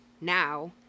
now